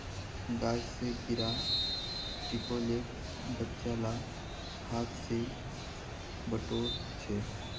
गाछ स गिरा टिकोलेक बच्चा ला हाथ स बटोर छ